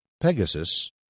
Pegasus